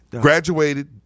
Graduated